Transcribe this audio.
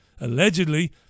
Allegedly